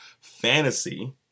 fantasy